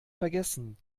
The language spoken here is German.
vergessen